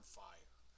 fire